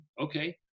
okay